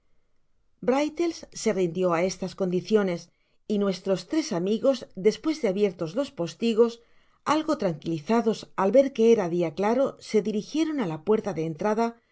brittles se rindió á estas condiciones y nuestros tres amigos despues de abiertos los postigos algo tranquilizados al ver que era dia claro se dirijieron á la puerta de entrada